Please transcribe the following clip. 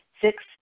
Six